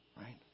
Right